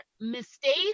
mistake